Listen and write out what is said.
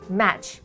match